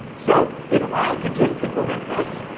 so if i can just implement this,